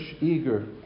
eager